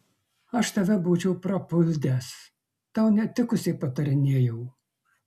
aš tave būčiau prapuldęs tau netikusiai patarinėjau